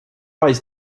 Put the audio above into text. eyes